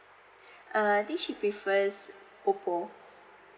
uh I think she prefers oppo